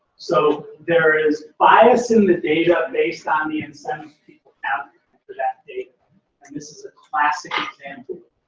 so there is bias in the data based on the incentives people have for that data. and this is a classic example.